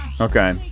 Okay